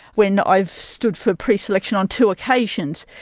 when i've stood for pre-selection on two occasions,